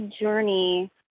journey